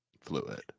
Fluid